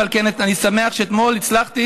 ועל כך אני שמח שאתמול הצלחתי,